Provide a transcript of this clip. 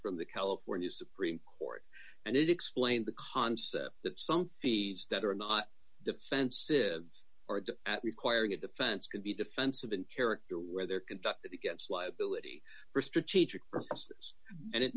from the california supreme court and explained the concept that some feeds that are not defensive or at requiring a defense can be defensive in character where they are conducted against liability for strategic purposes and it